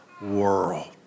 world